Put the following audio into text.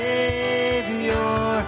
Savior